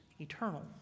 eternal